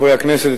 חברי הכנסת,